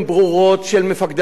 של מפקדי המשטרה,